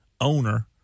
owner